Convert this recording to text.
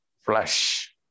flesh